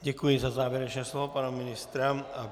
Děkuji za závěrečné slovo pana ministra.